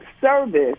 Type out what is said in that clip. service